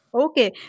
Okay